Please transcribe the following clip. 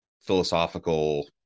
philosophical